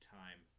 time